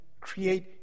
create